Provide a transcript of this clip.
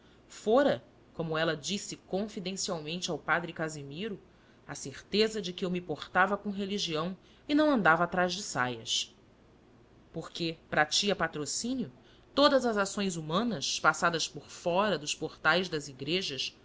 padre casimiro a certeza de que eu me portava com religião e não andava atrás de saias porque para a tia patrocínio todas as ações humanas passadas por fora dos portais das igrejas